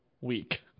week